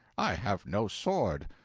i have no sword.